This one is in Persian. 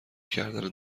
کردن